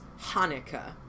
Hanukkah